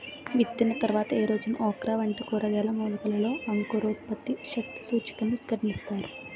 విత్తిన తర్వాత ఏ రోజున ఓక్రా వంటి కూరగాయల మొలకలలో అంకురోత్పత్తి శక్తి సూచికను గణిస్తారు?